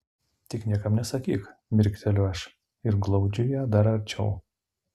tik niekam nesakyk mirkteliu aš ir glaudžiu ją dar arčiau